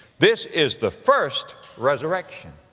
this is the first resurrection.